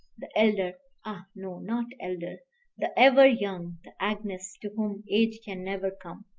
the elder ah, no! not elder the ever young, the agnes to whom age can never come,